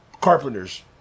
carpenters